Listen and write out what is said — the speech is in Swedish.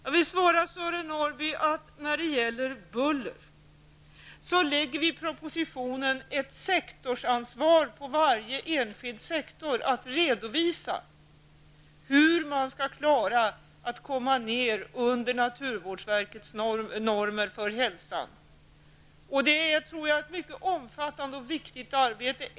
Beträffande bullerfrågorna, Sören Norrby, kan jag tala om att vi i propositionen lägger ett ansvar på varje enskild sektor att redovisa hur de skall klara att komma ned under naturvårdsverkets normer för hälsan. Det tror jag är ett mycket omfattande och viktigt arbete.